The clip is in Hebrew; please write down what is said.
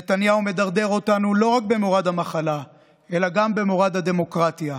נתניהו מדרדר אותנו לא רק במורד המחלה אלא גם במורד הדמוקרטיה.